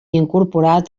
incorporat